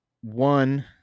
one